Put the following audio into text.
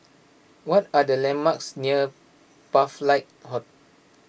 what are the landmarks near Pathlight